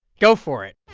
go for it